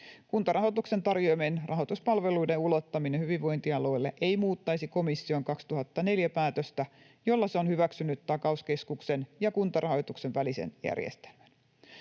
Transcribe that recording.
Kuntarahoituksen tarjoamien rahoituspalveluiden ulottaminen hyvinvointialueille ei muuttaisi komission vuoden 2004 päätöstä, jolla se on hyväksynyt takauskeskuksen ja Kuntarahoituksen välisen järjestelmän.